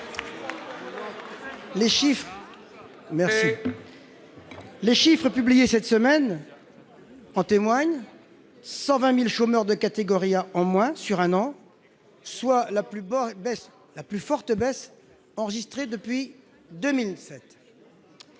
Les chiffres publiés cette semaine sont éloquents, avec 120 000 chômeurs de catégorie A de moins sur un an, soit la plus forte baisse enregistrée depuis 2007.